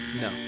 No